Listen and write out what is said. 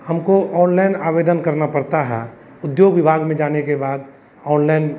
हमको ऑनलइन आवेदन करना पड़ता है उद्योग विभाग में जाने के बाद ऑनलइन